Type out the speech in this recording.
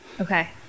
Okay